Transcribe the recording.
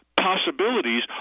possibilities